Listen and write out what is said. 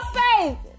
faith